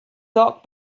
doc